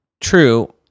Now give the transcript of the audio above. True